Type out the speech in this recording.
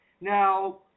Now